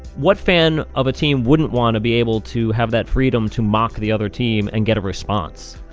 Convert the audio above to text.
what fan of a team wouldn't want to be able to have that freedom to mock the other team and get a response?